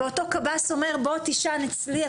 ואותו קב"ס אומר בוא תישן אצלי,